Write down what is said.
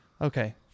Okay